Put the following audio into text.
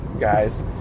guys